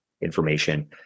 information